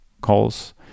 calls